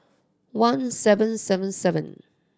one seven seven seven